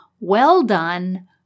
well-done